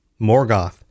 Morgoth